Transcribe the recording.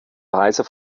weise